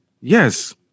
Yes